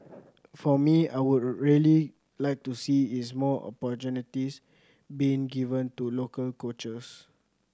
for me I would really like to see is more opportunities being given to local coaches